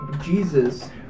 Jesus